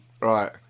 right